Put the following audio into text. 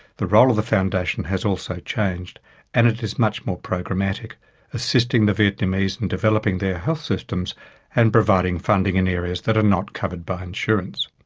the role of the foundation has also changed and is much more programmatic, assisting the vietnamese in developing their health systems and providing funding in areas that are not covered by insurance.